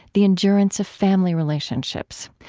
the endurance of, family relationships.